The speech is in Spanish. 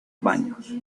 baños